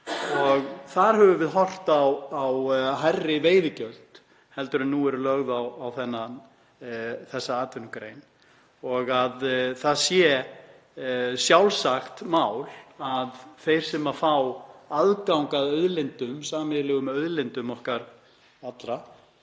Þar höfum við horft á hærri veiðigjöld en nú eru lögð á þessa atvinnugrein og að það sé sjálfsagt mál að þeir sem fá aðgang að sameiginlegum auðlindum okkar allra